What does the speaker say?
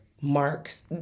marks